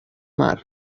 mar